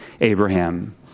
Abraham